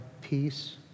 peace